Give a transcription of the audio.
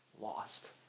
lost